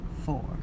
four